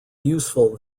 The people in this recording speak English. useful